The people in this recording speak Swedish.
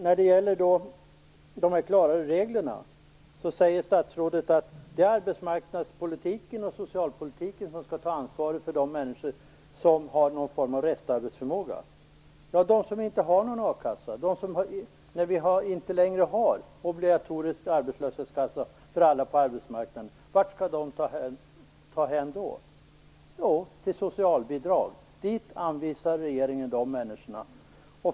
När det gäller de klarare reglerna säger statsrådet att det är arbetsmarknadspolitiken och socialpolitiken som skall ta ansvaret för de människor som har någon form av restarbetsförmåga. När vi inte längre har obligatorisk arbetslöshetskassa för alla på arbetsmarknaden, vart skall de ta vägen då? Ja, de får söka socialbidrag. Dit anvisar regeringen de människorna.